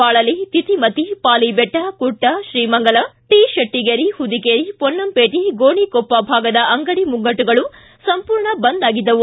ಬಾಳಲೆ Titimathi Palibetta Kutta Srimangala T Shettigeri Hudikeri Ponnampet Gonikoppa ಭಾಗದ ಅಂಗಡಿ ಮುಗ್ಗಟ್ಟುಗಳು ಸಂಪೂರ್ಣ ಬಂದ್ ಆಗಿದ್ದವು